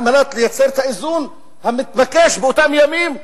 על מנת לייצר את האיזון המתבקש לכלכלה באותם ימים.